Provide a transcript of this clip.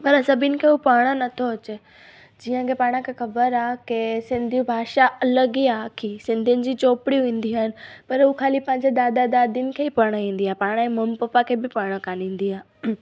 पर सभिनी खे उहा पढ़णु न थो अचे जीअं के पाण खे ख़बर आहे की सिंधी भाषा अलॻि ई आखी सिंधियुनि जी चोपड़ियूं ईंदियूं आहिनि पर उहा ख़ाली पंहिंजे दादा दादियुनि खे ई पढ़णु इंदी आहे पाण जे मम्मी पापा खे बि पढ़णु न ईंदी आहे